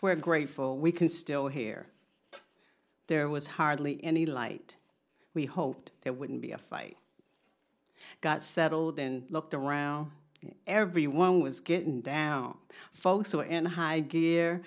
where grateful we can still hear there was hardly any light we hoped there wouldn't be a fight got settled and looked around everyone was getting down folks were in high gear